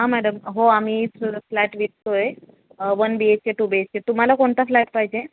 हां मॅडम हो आम्ही फ्लॅट विकतो आहे one B H K two B H K तुम्हाला कोणता फ्लॅट पाहिजे